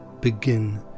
Begin